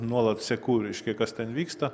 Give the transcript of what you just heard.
nuolat seku reiškia kas ten vyksta